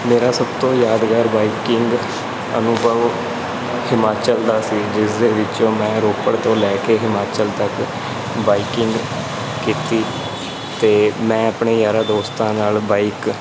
ਮੇਰਾ ਸਭ ਤੋਂ ਯਾਦਗਾਰ ਬਾਈਕਿੰਗ ਅਨੁਭਵ ਹਿਮਾਚਲ ਦਾ ਸੀ ਜਿਸ ਦੇ ਵਿੱਚੋਂ ਮੈਂ ਰੋਪੜ ਤੋਂ ਲੈ ਕੇ ਹਿਮਾਚਲ ਤੱਕ ਬਾਈਕਿੰਗ ਕੀਤੀ ਅਤੇ ਮੈਂ ਆਪਣੇ ਯਾਰਾ ਦੋਸਤਾਂ ਨਾਲ ਬਾਈਕ